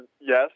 yes